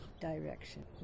Direction